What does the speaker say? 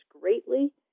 greatly